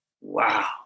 Wow